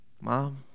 mom